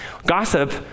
Gossip